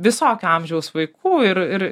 visokio amžiaus vaikų ir ir